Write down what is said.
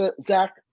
Zach